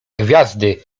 gwiazdy